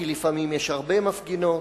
כי לפעמים יש הרבה מפגינות.